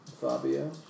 Fabio